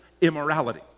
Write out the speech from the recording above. immorality